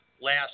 last